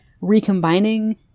recombining